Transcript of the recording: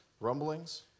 rumblings